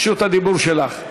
רשות הדיבור שלך.